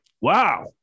Wow